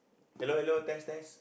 hello hello test test